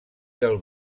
del